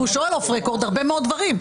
והוא שואל אוף-רקורד הרבה מאוד דברים.